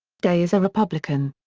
day is a republican.